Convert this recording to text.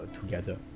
together